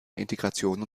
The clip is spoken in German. integration